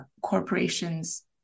corporations